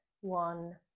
One